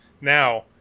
Now